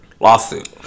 lawsuit